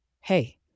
Hey